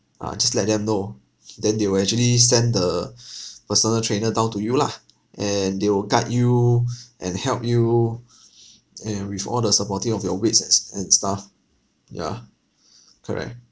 ah just let them know then they will actually send the personal trainer down to you lah and they will guide you and help you and with all the supporting of your weights and and stuff yeah correct